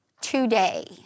today